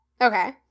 okay